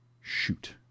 shoot